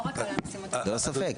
לא רק על המשימות --- ללא ספק,